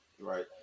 Right